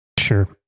Sure